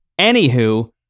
Anywho